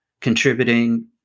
contributing